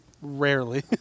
rarely